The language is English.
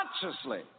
consciously